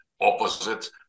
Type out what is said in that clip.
opposite